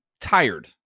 tired